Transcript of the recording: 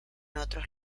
otros